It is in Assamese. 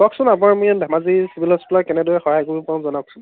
কওকচোন আপোনাৰ আমি ধেমাজি চিভিল হাস্পিলৰপৰা কেনেদৰে সহায় কৰিব পাৰোঁ জনাওকচোন